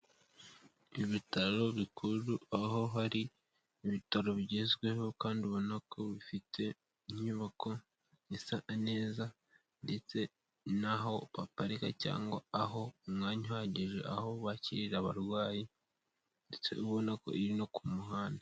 Ibitaro bikuru aho hari ibitaro bigezweho kandi ubona ko bifite inyubako zisa neza ndetse n'aho baparika cyangwa aho umwanya uhagije aho bakirira abarwayi ndetse ubonako iri no ku muhanda.